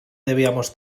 debíamos